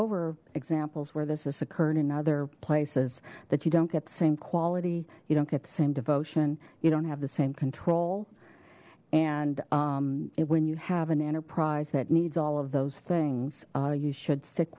over examples where this has occurred in other places that you don't get the same quality you don't get the same devotion you don't have the same control and when you have an enterprise that needs all of those things you should stick